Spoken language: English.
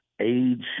age